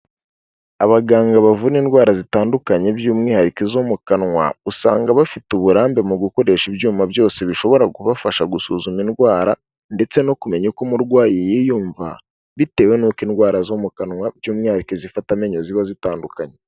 Abaganga bavura indwara zitandukanye by'umwihariko izo mu kanwa, usanga bafite uburambe mu gukoresha ibyuma byose bishobora kubafasha gusuzuma indwara ndetse no kumenya uko umurwayi yiyumva bitewe n'uko indwara zo mu kanwa by'umwihariko zifata amenyo ziba zitandukanye.